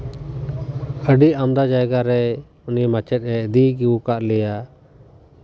ᱟᱹᱰᱤ ᱟᱢᱫᱟ ᱡᱟᱭᱜᱟᱨᱮ ᱩᱱᱤ ᱢᱟᱪᱮᱫᱼᱮ ᱤᱫᱤ ᱟᱹᱜᱩ ᱟᱠᱟᱫ ᱞᱮᱭᱟ